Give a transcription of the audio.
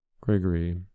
Gregory